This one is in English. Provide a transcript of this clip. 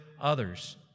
others